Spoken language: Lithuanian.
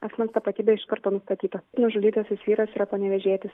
asmens tapatybė iš karto nustatyta nužudytasis vyras yra panevėžietis